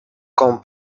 con